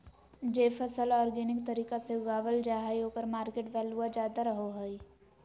जे फसल ऑर्गेनिक तरीका से उगावल जा हइ ओकर मार्केट वैल्यूआ ज्यादा रहो हइ